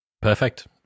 Perfect